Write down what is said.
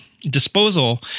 disposal